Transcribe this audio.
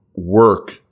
work